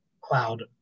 cloud